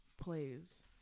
plays